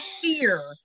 fear